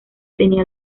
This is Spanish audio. tenía